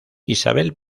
isabel